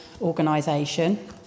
organisation